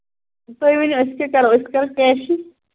تُہۍ ؤنِو أسۍ کِتھٕ کَنۍ کَرو أسۍ کرو کیشٕے